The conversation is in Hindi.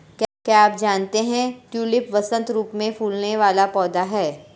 क्या आप जानते है ट्यूलिप वसंत ऋतू में फूलने वाला पौधा है